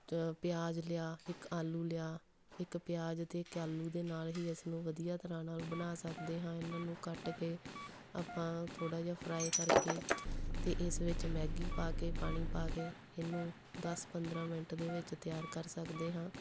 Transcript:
ਤ ਪਿਆਜ਼ ਲਿਆ ਇੱਕ ਆਲੂ ਲਿਆ ਇੱਕ ਪਿਆਜ਼ ਅਤੇ ਇੱਕ ਆਲੂ ਦੇ ਨਾਲ ਹੀ ਇਸ ਨੂੰ ਵਧੀਆ ਤਰ੍ਹਾਂ ਨਾਲ ਬਣਾ ਸਕਦੇ ਹਾਂ ਇਹਨਾਂ ਨੂੰ ਕੱਟ ਕੇ ਆਪਾਂ ਥੋੜ੍ਹਾ ਜਿਹਾ ਫਰਾਈ ਕਰਕੇ ਅਤੇ ਇਸ ਵਿੱਚ ਮੈਗੀ ਪਾ ਕੇ ਪਾਣੀ ਪਾ ਕੇ ਇਹਨੂੰ ਦਸ ਪੰਦਰਾਂ ਮਿੰਟ ਦੇ ਵਿੱਚ ਤਿਆਰ ਕਰ ਸਕਦੇ ਹਾਂ